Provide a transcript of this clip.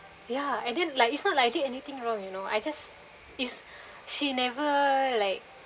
ya and then like it's not like I did anything wrong you know I just is she never like